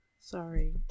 Sorry